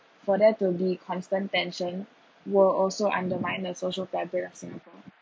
for there to be constant tension were also undermine the social fabric in singapore